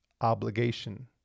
obligation